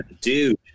dude